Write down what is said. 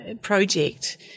project